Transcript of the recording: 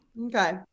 Okay